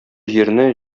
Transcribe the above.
җирне